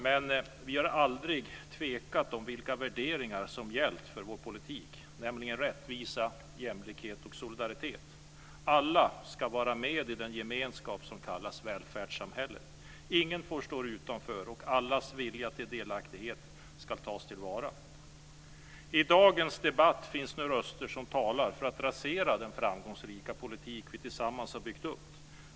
Men vi har aldrig tvekat om vilka värderingar som har gällt för vår politik, nämligen rättvisa, jämlikhet och solidaritet. Alla ska vara med i den gemenskap som kallas välfärdssamhället. Ingen får stå utanför, och allas vilja till delaktighet ska tas till vara. I dagens debatt höjs nu röster som talar för att rasera den framgångsrika politik som vi tillsammans har byggt upp.